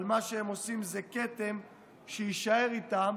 אבל מה שהם עושים זה כתם שיישאר איתם